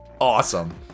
awesome